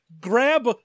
Grab